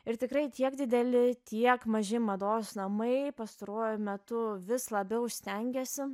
ir tikrai tiek dideli tiek maži mados namai pastaruoju metu vis labiau stengiasi